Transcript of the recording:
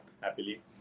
happily